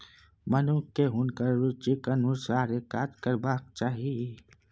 मनुखकेँ हुनकर रुचिक अनुसारे काज करबाक चाही